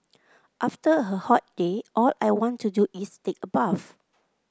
after a hot day all I want to do is take a bath